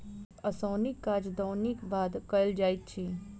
ओसौनीक काज दौनीक बाद कयल जाइत अछि